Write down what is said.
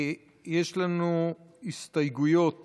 יש לנו הסתייגויות